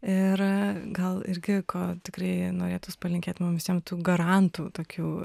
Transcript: ir gal irgi ko tikrai norėtųs palinkėt mum visiem tų garantų tokių